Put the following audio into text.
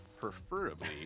preferably